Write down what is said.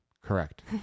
Correct